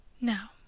Now